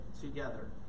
together